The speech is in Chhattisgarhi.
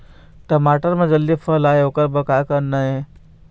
टमाटर म जल्दी फल आय ओकर बर का करना ये?